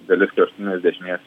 dalis kraštutinės dešinės